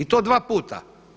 I to dva puta.